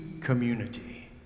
community